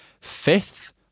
fifth